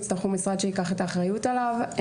יצרכו משרד שייקח את האחריות עליו.